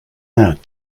that